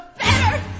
better